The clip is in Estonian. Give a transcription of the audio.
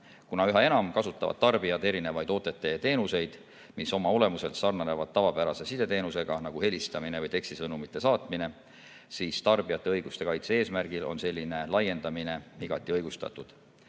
Kuna üha enam kasutavad tarbijad erinevaid OTT-teenuseid, mis oma olemuselt sarnanevad tavapärase sideteenusega, nagu helistamine või tekstisõnumite saatmine, siis tarbijate õiguste kaitse eesmärgil on selline laiendamine igati õigustatud.